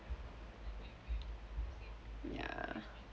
ya